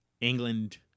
England